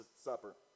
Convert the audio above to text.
supper